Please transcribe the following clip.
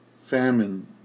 famine